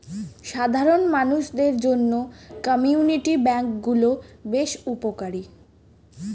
সাধারণ মানুষদের জন্য কমিউনিটি ব্যাঙ্ক গুলো বেশ উপকারী